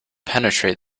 penetrate